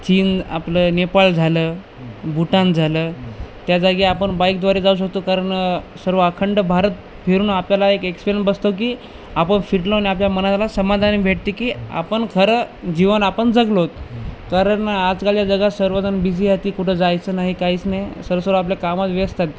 चीन आपलं नेपाळ झालं भूटान झालं त्या जागी आपण बाईकद्वारे जाऊ शकतो कारण सर्व अखंड भारत फिरून आपल्याला एक एक्सपिरियन बसतो की आपण फिरलो नी आपल्या मनाला समाधाान भेटते की आपण खरं जीवन आपण जगलोत कारण आजकालच्या जगात सर्वजण बिझी आहेत कुठं जायचं नाही काहीच नाही सर्व सर्व आपल्या कामात व्यस्त आहेत